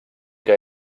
que